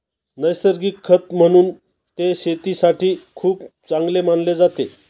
नैसर्गिक खत म्हणून ते शेतीसाठी खूप चांगले मानले जाते